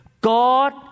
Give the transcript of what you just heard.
God